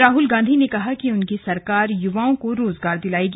राहुल गांधी ने कहा कि उनकी सरकार युवाओं को रोजगार दिलायेगी